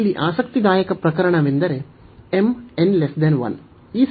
ಇಲ್ಲಿ ಆಸಕ್ತಿದಾಯಕ ಪ್ರಕರಣವೆಂದರೆ m n 1